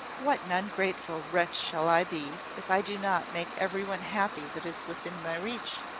what an ungrateful wretch shall i be, if i do not make every one happy that is within my reach!